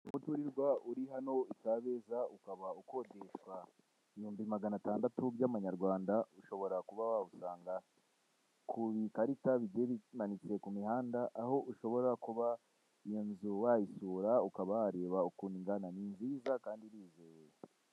Umuturirwa uri hano Kabeza ukaba ukodeshwa ibihumbi magana atandatu by'amanyarwanda (600,000 Rwf) ushobora kuba wawusanga ku ikarita aho bigiye bimanitse ku mihanda aho ushobora kuba iyo nzu wayisura ukaba wareba ukuntu ingana ni nziza kandi irizewe.